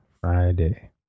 Friday